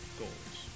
goals